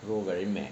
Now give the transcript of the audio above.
go very mad